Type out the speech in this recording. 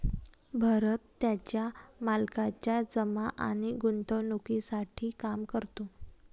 भरत त्याच्या मालकाच्या जमा आणि गुंतवणूकीसाठी काम करतो